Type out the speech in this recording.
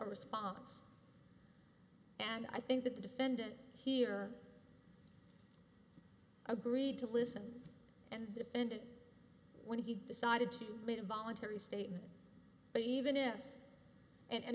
a response and i think that the defendant here agreed to listen and defend it when he decided to make involuntary statements but even if and a